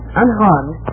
unharmed